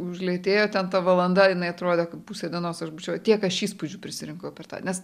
užlėtėjo ten ta valanda jinai atrodė kaip pusė dienos aš būčiau tiek aš įspūdžių prisirinkau per tą nes